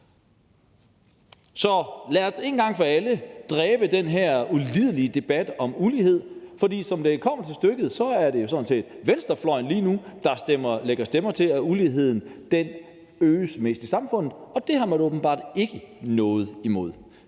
Så lad os en gang for alle dræbe den her ulidelige debat om ulighed, for når det kommer til stykket, er det jo sådan set venstrefløjen lige nu, der lægger stemmer til, at uligheden øges mest i samfundet, og det har man åbenbart ikke noget imod.